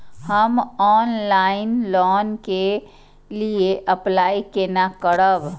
हम online loan के लिए अप्लाई केना करब?